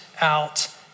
out